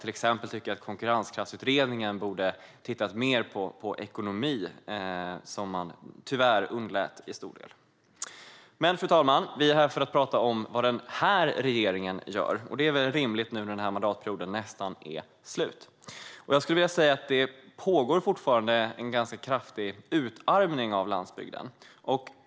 Till exempel tycker jag att Konkurrenskraftsutredningen borde ha tittat mer på ekonomi, vilket man tyvärr till stor del underlät. Vi är dock här för att tala om vad denna regering gör, och det är väl rimligt när denna mandatperiod nästan är slut. Fru talman! Det pågår fortfarande en ganska kraftig utarmning av landsbygden.